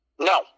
No